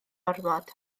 ormod